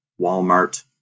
Walmart